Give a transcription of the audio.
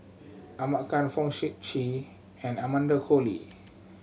Ahmad Khan Fong Sip Chee and Amanda Koe Lee